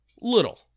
Little